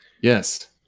yes